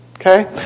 Okay